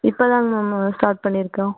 இப்பதாங்க ma'am start பண்ணிருக்கோம்